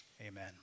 amen